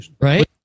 Right